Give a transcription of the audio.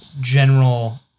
general